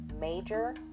major